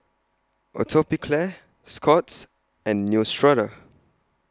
Atopiclair Scott's and Neostrata